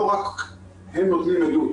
לא רק הם נותנים עדות.